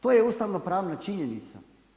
To je ustavno pravna činjenica.